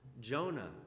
Jonah